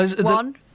One